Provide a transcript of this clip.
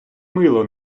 мило